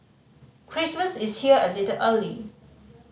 Christmas is here a little early